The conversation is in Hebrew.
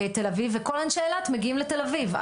בתל אביב,